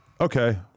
okay